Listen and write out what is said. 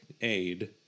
aid